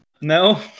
No